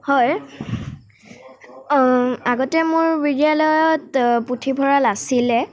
হয় আগতে মোৰ বিদ্য়ালয়ত পুথিভঁৰাল আছিলে